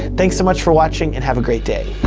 thanks so much for watching, and have a great day.